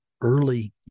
early